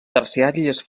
terciàries